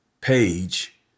page